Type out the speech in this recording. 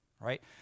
right